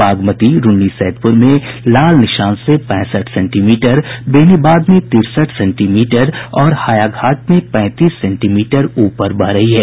बागमती रून्नीसैदपुर में खतरे के निशान से पैंसठ सेंटीमीटर बेनीबाद में तिरसठ सेंटीमीटर और हायाघाट में पैंतीस सेंटीमीटर ऊपर बह रही है